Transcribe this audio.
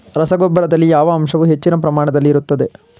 ರಸಗೊಬ್ಬರದಲ್ಲಿ ಯಾವ ಅಂಶವು ಹೆಚ್ಚಿನ ಪ್ರಮಾಣದಲ್ಲಿ ಇರುತ್ತದೆ?